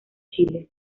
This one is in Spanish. chile